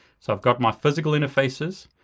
so i've got my physical interfaces.